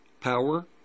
power